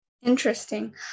Interesting